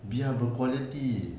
biar quality